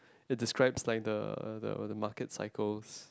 it describes like the the uh the market cycles